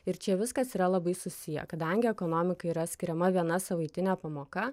ir čia viskas yra labai susiję kadangi ekonomikai yra skiriama viena savaitinė pamoka